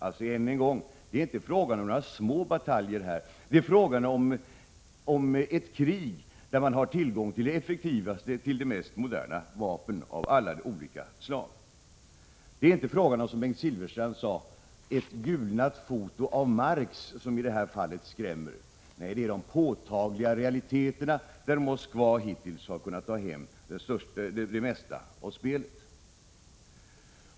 Det är alltså här inte fråga om några små bataljer — det är fråga om ett krig där man har tillgång till de mest moderna och effektiva vapen av alla slag. Det är inte, som Bengt Silfverstrand sade, ett gulnat foto av Marx som i det här fallet skrämmer — det är de påtagliga realiteterna, där Moskva hittills har kunnat ta hem det mesta av spelet.